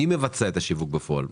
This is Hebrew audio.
מי מבצע את השיווק בפועל?